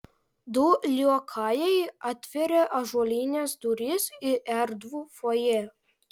du liokajai atvėrė ąžuolines duris į erdvų fojė